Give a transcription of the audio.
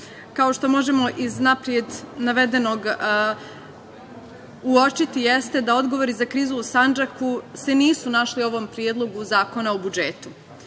kao što možemo iz unapred navedenog uočiti jeste da odgovori za krizu u Sandžaku se nisu našli u ovom Predlogu zakona o budžetu. Dakle,